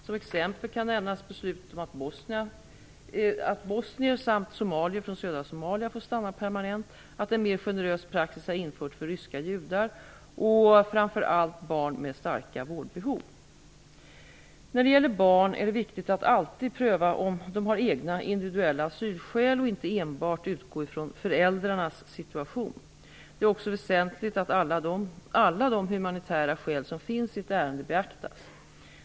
Som exempel kan nämnas beslutet att bosnier samt somalier från södra Somalia får stanna permanent, att en mer generös praxis har införts för ryska judar och för framför allt barn med starkt vårdbehov. När det gäller barn är det viktigt att alltid pröva om de har egna individuella asylskäl och inte enbart utgå från föräldrarnas situation. Det är också väsentligt att alla de humanitära skäl som finns i ett ärende beaktas.